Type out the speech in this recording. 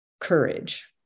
courage